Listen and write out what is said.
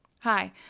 Hi